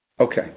Okay